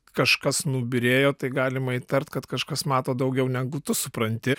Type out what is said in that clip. kažkas nubyrėjo tai galima įtart kad kažkas mato daugiau negu tu supranti